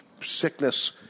sickness